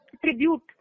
tribute